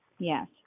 Yes